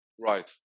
Right